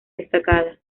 destacada